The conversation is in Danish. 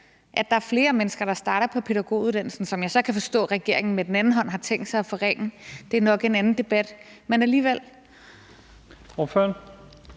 at der er flere mennesker, der starter på pædagoguddannelsen, hvad jeg så kan forstå at regeringen med den anden hånd har tænkt sig at forringe. Men det er nok en anden debat. Kl.